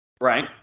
Right